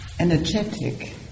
energetic